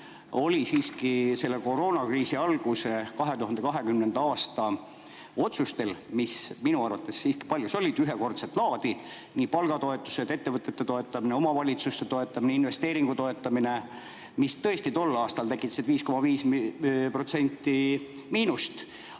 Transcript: oli siiski koroonakriisi alguses 2020. aastal otsustel, mis minu arvates paljus olid ühekordset laadi: palgatoetused, ettevõtete toetamine, omavalitsuste toetamine, investeeringute toetamine, mis tõesti tol aastal tekitasid 5,5% miinust,